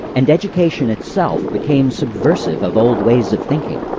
and education itself became subversive of old ways of thinking.